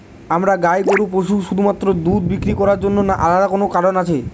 আমরা গাই গরু পুষি শুধুমাত্র দুধ বিক্রি করার জন্য না আলাদা কোনো কারণ আছে?